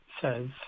says